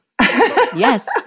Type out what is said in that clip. Yes